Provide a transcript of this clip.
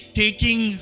taking